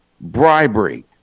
bribery